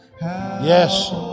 Yes